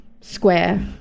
square